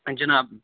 جٕناب